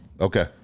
Okay